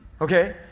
okay